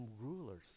rulers